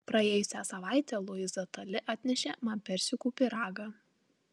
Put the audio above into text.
praėjusią savaitę luiza tali atnešė man persikų pyragą